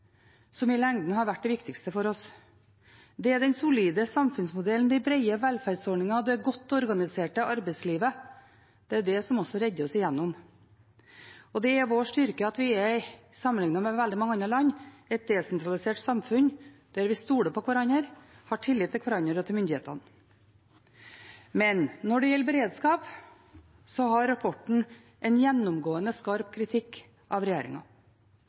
som i lengden har vært det viktigste for oss. Det er den solide samfunnsmodellen, de brede velferdsordningene og det godt organiserte arbeidslivet – det er det som også redder oss igjennom. Og det er vår styrke at vi, sammenlignet med veldig mange andre land, er et desentralisert samfunn der vi stoler på hverandre, har tillit til hverandre og til myndighetene. Når det gjelder beredskap, har rapporten en gjennomgående skarp kritikk av